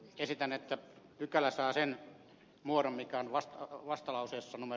esitän että pykälä saa sen muodon mitään vastuuta vastalauseessamme